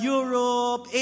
Europe